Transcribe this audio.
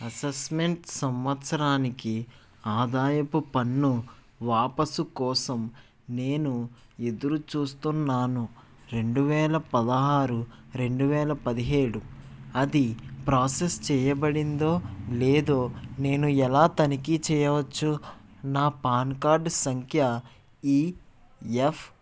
assessment సంవత్సరానికి ఆదాయపు పన్ను వాపసు కోసం నేను ఎదురుచూస్తున్నాను రెండు వేల పదహారు రెండు వేల పదిహేడు అది ప్రాసెస్ చేయబడిందో లేదో నేను ఎలా తనిఖీ చేయవచ్చు నా పాన్ కార్డ్ సంఖ్య ఈఎఫ్